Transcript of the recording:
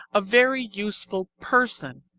a very useful person.